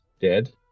dead